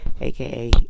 aka